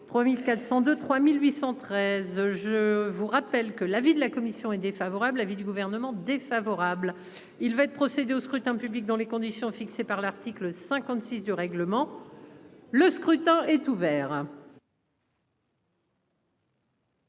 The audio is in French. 3402 3813. Je vous rappelle que l'avis de la commission est défavorable. L'avis du Gouvernement défavorable. Il va être procédé au scrutin public dans les conditions fixées par l'article 56 du règlement. Le scrutin est ouvert.